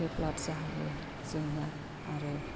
develop जाहैयो जोंना आरो